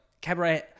Cabaret